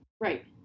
Right